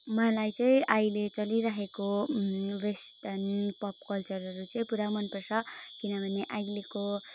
मलाई चाहिँ अहिले चलिरहेको वेस्टर्न पप कल्चरहरू चाहिँ पुरा मन पर्छ किनभने अहिलेको